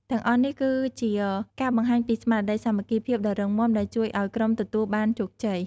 ទាំងអស់នេះគឺជាការបង្ហាញពីស្មារតីសាមគ្គីភាពដ៏រឹងមាំ ដែលជួយឲ្យក្រុមទទួលបានជោគជ័យ។